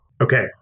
Okay